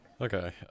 Okay